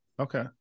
okay